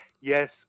yes